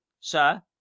Sir